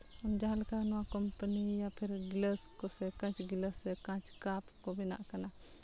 ᱡᱟᱦᱟᱸ ᱞᱮᱠᱟ ᱱᱚᱣᱟ ᱠᱳᱢᱯᱟᱱᱤ ᱯᱷᱤᱨ ᱜᱤᱞᱟᱹᱥ ᱠᱚᱥᱮ ᱠᱟᱸᱪ ᱜᱮᱞᱟᱥ ᱠᱟᱸᱪ ᱠᱟᱯ ᱠᱚ ᱵᱮᱱᱟᱜ ᱠᱟᱱᱟ